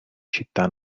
città